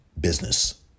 Business